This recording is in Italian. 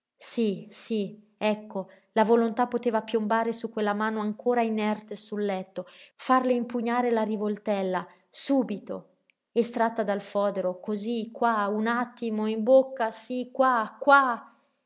sí sí ecco la volontà poteva piombare su quella mano ancora inerte sul letto farle impugnare la rivoltella subito estratta dal fodero cosí qua un attimo in bocca sí qua qua